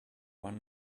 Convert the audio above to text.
one